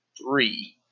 three